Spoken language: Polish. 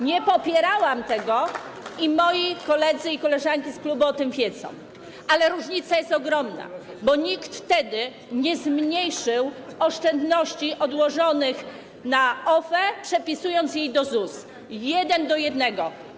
Nie popierałam tego, koledzy i koleżanki z klubu o tym wiedzą, ale różnica jest ogromna, bo nikt wtedy nie zmniejszył oszczędności odłożonych na OFE, przepisując je do ZUS 1 do 1.